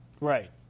Right